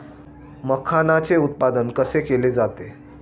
मखाणाचे उत्पादन कसे केले जाते?